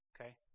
Okay